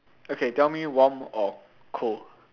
okay tell me warm or cold